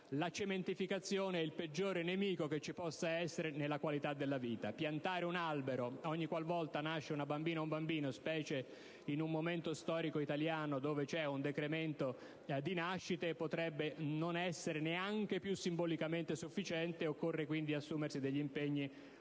la cementificazione è il peggiore nemico che possa esserci nella qualità della vita. Piantare un albero ogni qualvolta nasce una bambina o un bambino, specie in un momento storico italiano dove c'è un decremento delle nascite, potrebbe non essere neanche più simbolicamente sufficiente. Occorre, quindi, assumersi degli impegni un po' più